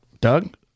Doug